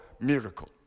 miracle